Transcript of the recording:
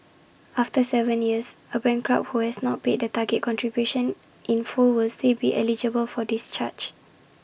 after Seven years A bankrupt who has not paid the target contribution in full will still be eligible for discharge